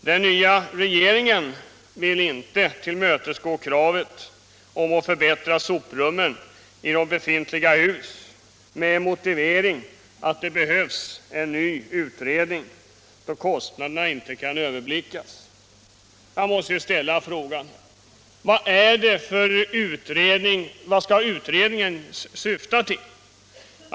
Den nya regeringen vill inte tillmötesgå kravet på att förbättra soprummen i befintliga hus med motivering att det behövs en ny utredning, då kostnaderna inte kan överblickas. Man måste här ställa frågan: Vad skall utredningen syfta till?